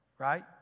Right